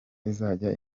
ikazajya